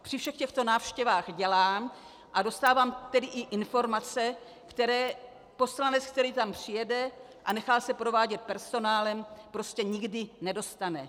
A to já při všech těchto návštěvách dělám a dostávám tedy i informace, které poslanec, který tam přijede a nechá se provádět personálem, nikdy nedostane.